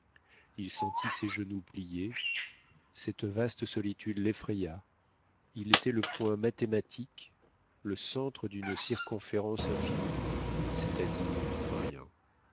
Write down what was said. il sentit ses genoux plier cette vaste solitude l'effraya il était le point mathématique le centre d'une circonférence infinie c'est-à-dire rien